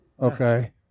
okay